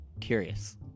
curious